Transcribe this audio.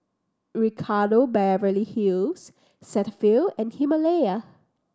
Ricardo Beverly Hills Cetaphil and Himalaya